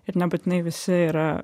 ir nebūtinai visi yra